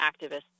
activists